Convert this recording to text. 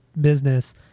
business